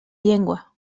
llengua